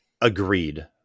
Agreed